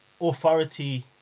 authority